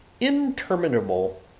Interminable